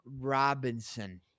Robinson